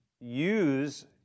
use